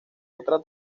otra